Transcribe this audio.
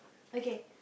okay